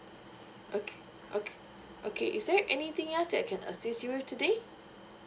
okay okay okay is there anything else that I can assist you ah today